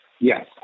Yes